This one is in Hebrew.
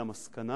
למסקנה